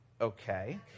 Okay